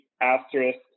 asterisk